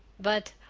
but,